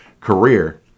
career